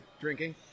drinking